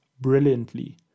brilliantly